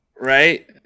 Right